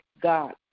God